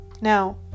Now